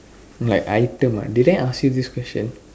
like item ah did I ask you this question